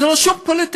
זה לא שום פוליטיקה.